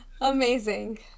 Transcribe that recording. Amazing